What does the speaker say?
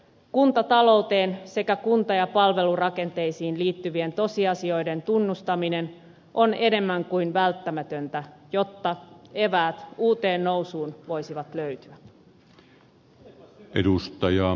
kuntatalouteen sekä kunta ja palvelurakenteisiin liittyvien tosiasioiden tunnustaminen on enemmän kuin välttämätöntä jotta eväät uuteen nousuun voisivat löytyä